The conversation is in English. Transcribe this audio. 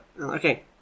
okay